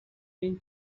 been